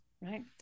right